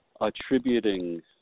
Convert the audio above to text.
attributing